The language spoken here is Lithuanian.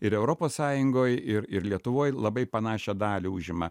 ir europos sąjungoj ir ir lietuvoj labai panašią dalį užima